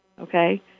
okay